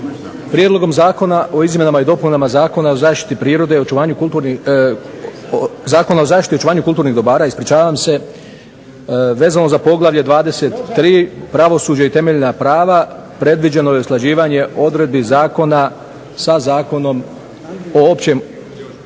Prijedlogom zakona o izmjenama i dopunama Zakona o zaštiti i očuvanju kulturnih dobara vezano za poglavlja 23 - Pravosuđe i temeljna prava predviđeno je usklađivanje odredbi Zakona sa Zakonom o općem upravnom